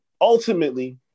ultimately